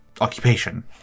occupation